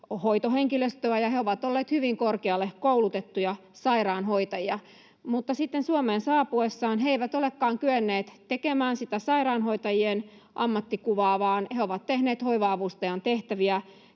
hoitohenkilöstöä, ja he ovat olleet hyvin korkealle koulutettuja sairaanhoitajia. Mutta sitten Suomeen saapuessaan he eivät olekaan kyenneet tekemään sitä sairaanhoitajien ammattikuvaa, vaan he ovat tehneet hoiva-avustajan tehtäviä,